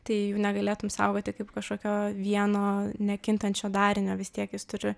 tai jų negalėtum saugoti kaip kažkokio vieno nekintančio darinio vis tiek jis turi